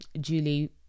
Julie